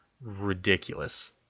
ridiculous